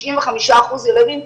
95% ילדים,